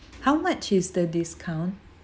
how much is the discount